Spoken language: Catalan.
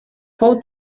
fou